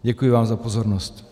Děkuji vám za pozornost.